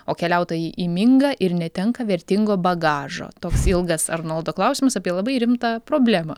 o keliautojai įminga ir netenka vertingo bagažo toks ilgas arnoldo klausimas apie labai rimtą problemą